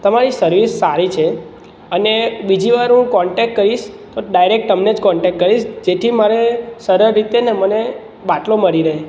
તમારી સર્વિસ સારી છે અને બીજીવાર હું કોન્ટેક કરીશ તો ડાયરેક તમને જ કોન્ટેક કરીશ જેથી મારે સરળ રીતે ને મને બાટલો મળી રહે